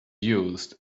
used